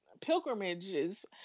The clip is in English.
pilgrimages